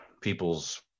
people's